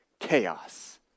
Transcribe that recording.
chaos